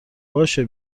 باشه